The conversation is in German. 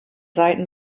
seiten